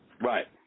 Right